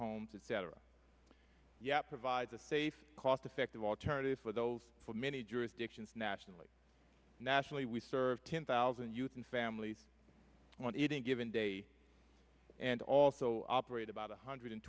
homes etc yet provides a safe cost effective alternative for those for many jurisdictions nationally nationally we serve ten thousand youth and families want it in a given day and also operate about one hundred